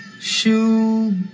shoe